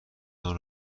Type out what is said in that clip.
تان